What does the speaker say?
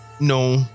No